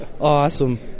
Awesome